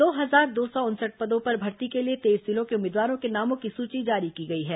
दो हजार दो सौ उनसठ पदों पर भर्ती के लिए तेईस जिलों के उम्मीदवारों के नामों की सूची जारी की गई है